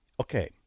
Okay